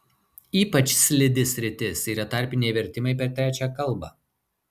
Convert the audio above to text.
ypač slidi sritis yra tarpiniai vertimai per trečią kalbą